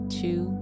two